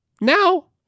Now